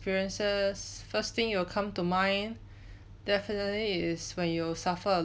experiences first thing that will come to mind definitely is when you will suffer a